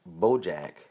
BoJack